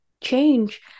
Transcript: change